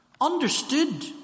understood